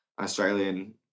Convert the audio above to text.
Australian